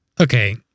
Okay